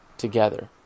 together